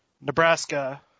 Nebraska